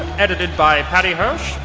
edited by paddy hirsch,